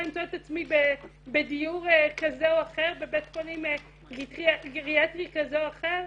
למצוא את עצמי בדיור כזה או אחר בבית חולים גריאטרי כזה או אחר.